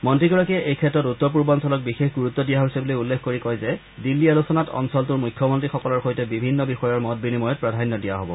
মন্ত্ৰীগৰাকীয়ে এই ক্ষেত্ৰত উত্তৰ পূৰ্বাঞলক বিশেষ গুৰুত্ব দিয়া হৈছে বুলি উল্লেখ কৰি কয় যে দিল্লী আলোচনাত অঞ্চলটোৰ মুখ্যমন্ত্ৰীসকলৰ সৈতে বিভিন্ন বিষয়ৰ মত বিনিময়ত প্ৰাধান্য দিয়া হব